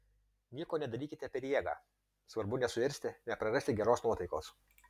nieko nedarykite per jėgą svarbu nesuirzti neprarasti geros nuotaikos